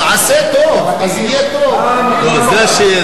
תעשה טוב, אז יהיה טוב.